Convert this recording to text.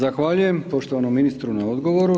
Zahvaljujem poštovanom ministru na odgovoru.